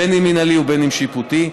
בין אם מינהלי ובין אם שיפוטי,